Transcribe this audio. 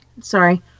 Sorry